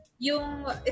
Yung